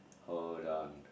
hold on